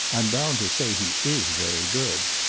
i'm bound to say he is very good.